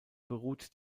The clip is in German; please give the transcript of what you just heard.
beruht